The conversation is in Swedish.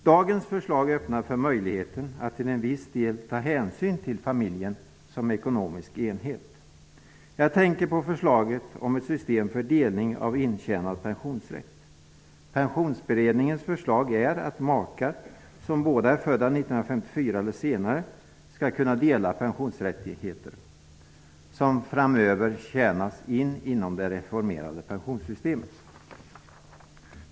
Dagens förslag öppnar för möjligheten att till en viss del ta hänsyn till familjen som ekonomisk enhet. Jag tänker på förslaget om ett system för delning av intjänad pensionsrätt. Pensionsberedningens förslag är att makar som båda är födda 1954 eller senare skall kunna dela pensionsrättigheter som framöver tjänas in inom det reformerade pensionssystemet.